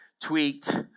tweaked